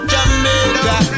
Jamaica